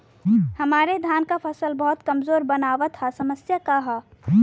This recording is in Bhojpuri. हमरे धान क फसल बहुत कमजोर मनावत ह समस्या का ह?